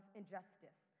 injustice